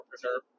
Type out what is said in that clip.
Preserve